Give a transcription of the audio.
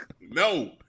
No